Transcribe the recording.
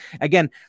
Again